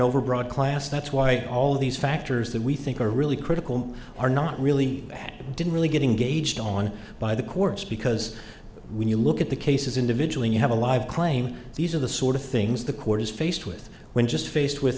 overbroad class that's why all of these factors that we think are really critical are not really happy didn't really getting engaged on by the courts because when you look at the cases individually you have a live claim these are the sort of things the court is faced with when just fade with